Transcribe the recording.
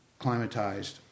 climatized